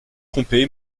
trompé